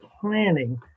planning